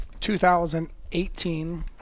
2018